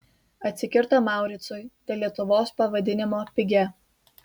atsikirto mauricui dėl lietuvos pavadinimo pigia